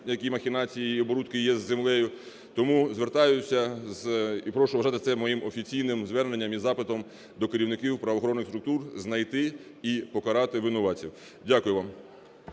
які махінації і оборудки є з землею. Тому звертаюся, і прошу вважати це моїм офіційним зверненням і запитом, до керівників правоохоронних структур знайти і покарати винуватців. Дякую вам.